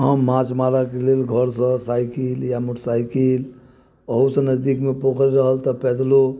हम माछ मारऽ के लेल घर सँ साइकिल या मोटरसाइकिल ओहो सँ नजदीक मे पोखरि रहल तऽ पैदलो